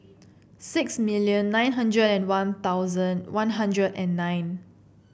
six million nine hundred and One Thousand One Hundred and nine